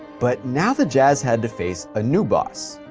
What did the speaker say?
but now the jazz had to face a new boss.